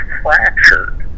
fractured